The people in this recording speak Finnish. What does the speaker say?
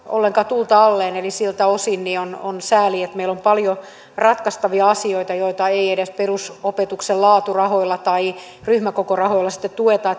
ollenkaan tulta alleen eli siltä osin on on sääli että meillä on paljon ratkaistavia asioita joita ei edes perusopetuksen laaturahoilla tai ryhmäkokorahoilla tueta